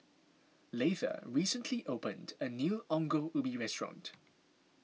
Leitha recently opened a new Ongol Ubi restaurant